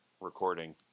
recording